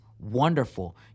Wonderful